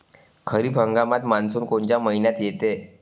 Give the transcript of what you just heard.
खरीप हंगामात मान्सून कोनच्या मइन्यात येते?